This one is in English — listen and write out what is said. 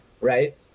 Right